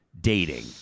dating